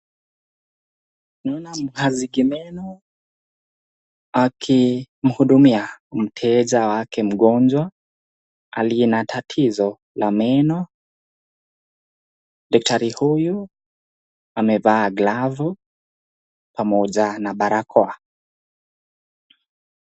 Naona mhazigi meno akimhudumia mteja wake mgonjwa aliye na tatizo la meno. Dakatari huyu amevaa glavu pamoja na barakoa.